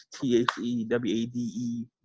T-H-E-W-A-D-E